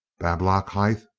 bablockhithe?